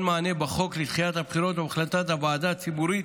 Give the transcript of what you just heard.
מענה בחוק לדחיית הבחירות ובהחלטת הוועדה הציבורית